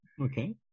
Okay